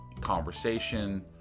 conversation